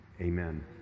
amen